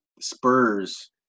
Spurs